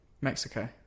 Mexico